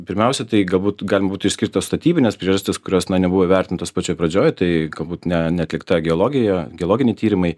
pirmiausia tai galbūt galima būtų išskirt tas statybines priežastis kurios na nebuvo įvertintos pačioj pradžioj tai galbūt ne neatlikta geologija geologiniai tyrimai